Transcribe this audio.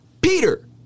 Peter